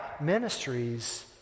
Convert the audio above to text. Ministries